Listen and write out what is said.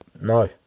no